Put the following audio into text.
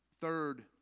third